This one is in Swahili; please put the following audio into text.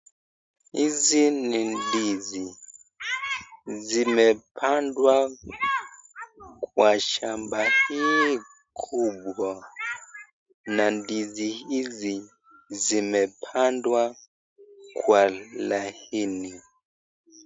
Hizi ni ndizi zimepangwa kwa shamba hii kubwa na ndizi hizi zimepandwa kwa laini.